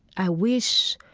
i wish